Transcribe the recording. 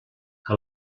que